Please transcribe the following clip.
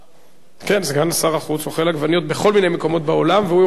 סגן שר החוץ אוכל עגבניות בכל מיני מקומות בעולם והוא יכול לעשות השוואה